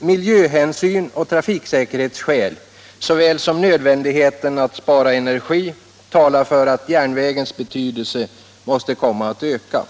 Miljöhänsyn och trafiksäkerhetsskäl liksom också nödvändigheten av att spara energi talar för att järnvägens betydelse måste komma att öka.